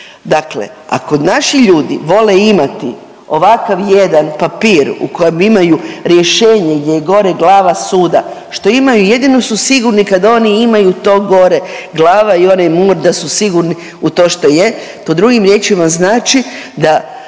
Dakle, ako naši ljudi vole imati ovakav jedan papir u kojem imaju rješenje gdje je gore glava suda što imaju jedino su sigurni kad oni to imaju to gore, glava i onaj mur da su sigurni u to što je. To drugim riječima znači da